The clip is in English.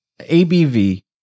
ABV